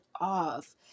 off